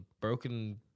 broken